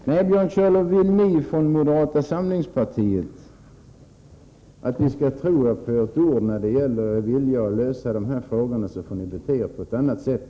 Nej, Björn Körlof, vill ni inom moderata samlingspartiet att vi skall tro er på ert ord när det gäller er vilja att lösa de här frågorna, så får ni bete er på ett annat sätt.